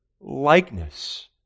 likeness